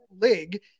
league